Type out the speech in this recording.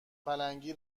پلنگی